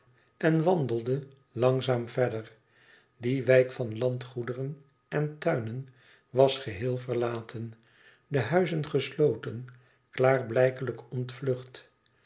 en wandelde langzaam verder die wijk van landgoederen en tuinen was geheel verlaten de huizen gesloten klaarblijkelijk ontvlucht